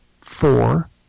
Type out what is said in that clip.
four